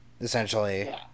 Essentially